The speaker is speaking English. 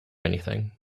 anything